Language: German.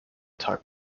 tag